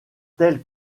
tel